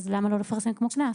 אז למה לא לפרסם כמו קנס?)